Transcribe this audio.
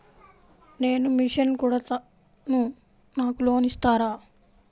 నేను మిషన్ కుడతాను నాకు లోన్ ఇస్తారా?